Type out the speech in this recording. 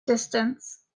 distance